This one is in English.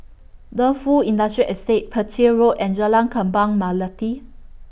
Defu Industrial Estate Petir Road and Jalan Kembang Melati